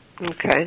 Okay